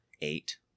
eight